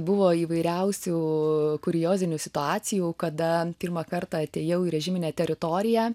buvo įvairiausių kuriozinių situacijų kada pirmą kartą atėjau į režiminę teritoriją